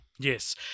Yes